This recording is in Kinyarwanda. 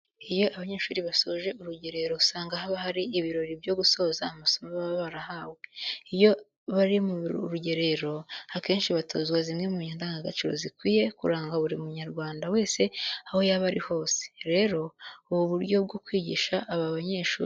Iyo abanyeshuri basoje urugerero usanga haba ibirori byo gusoza amasomo baba barahawe. Iyo bari muri uru rugerero, akenshi batozwa zimwe mu ndangagaciro zikwiye kuranga buri Munyarwanda wese aho yaba ari hose. Rero ubu buryo bwo kwigisha aba banyeshuri ni ingenzi cyane ku gihugu.